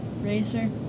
racer